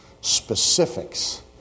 specifics